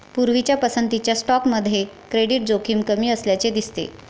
पूर्वीच्या पसंतीच्या स्टॉकमध्ये क्रेडिट जोखीम कमी असल्याचे दिसते